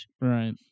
Right